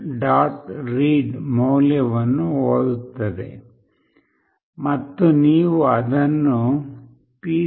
read ಮೌಲ್ಯವನ್ನು ಓದುತ್ತದೆ ಮತ್ತು ನೀವು ಅದನ್ನು pc